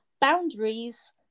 boundaries